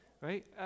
right